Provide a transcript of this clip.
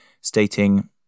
stating